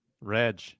Reg